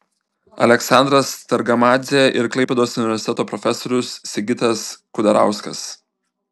aleksandras targamadzė ir klaipėdos universiteto profesorius sigitas kudarauskas